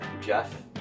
Jeff